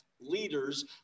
leaders